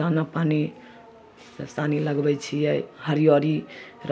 दाना पानी सानी लगबै छिए हरिअरी